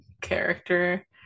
character